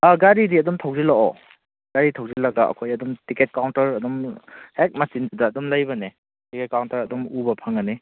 ꯒꯥꯔꯤꯗꯤ ꯑꯗꯨꯝ ꯊꯧꯖꯤꯜꯂꯛꯑꯣ ꯒꯥꯔꯤ ꯊꯧꯖꯤꯜꯂꯒ ꯑꯩꯈꯣꯏ ꯑꯗꯨꯝ ꯇꯤꯛꯀꯦꯠ ꯀꯥꯎꯟꯇꯔ ꯑꯗꯨꯝ ꯍꯦꯛ ꯃꯆꯤꯟꯗ ꯑꯗꯨꯝ ꯂꯩꯕꯅꯦ ꯇꯤꯛꯀꯦꯠ ꯀꯥꯎꯟꯇꯔ ꯑꯗꯨꯝ ꯎꯕ ꯐꯪꯒꯅꯤ